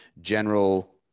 general